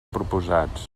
proposats